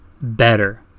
better